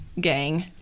gang